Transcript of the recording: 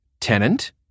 Tenant